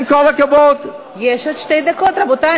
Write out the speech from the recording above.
טלי, ועם כל הכבוד, יש עוד שתי דקות, רבותי.